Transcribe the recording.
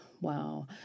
wow